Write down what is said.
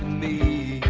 and me